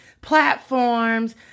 platforms